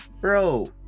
bro